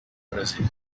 brasília